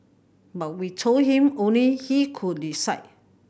but we told him only he could decide